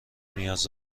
نیاز